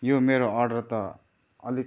यो मेरो अर्डर त अलिक